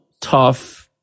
tough